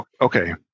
Okay